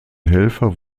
helfer